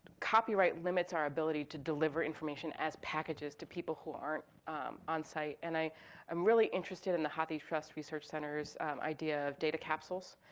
copyright limits our ability to deliver information as packages to people who aren't onsite. and i'm really interested in the hathitrust research center's idea of data capsules.